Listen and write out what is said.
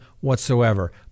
whatsoever